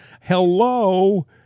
Hello